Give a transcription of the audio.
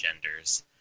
genders